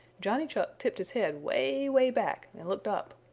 johnny chuck tipped his head way, way back and looked up.